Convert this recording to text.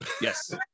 Yes